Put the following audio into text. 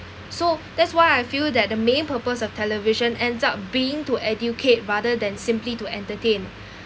so that's why I feel that the main purpose of television ends up being to educate rather than simply to entertain